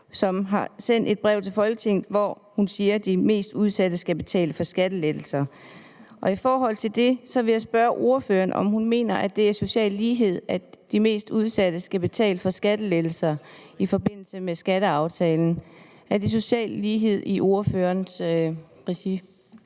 som har sendt et brev til Folketinget, hvori hun skriver, at de mest udsatte skal betale for skattelettelserne. I forlængelse af det vil jeg spørge ordføreren, om ordføreren mener, at det er social lighed, at de mest udsatte i forbindelse med skatteaftalen skal betale for skattelettelser. Er der efter ordførerens mening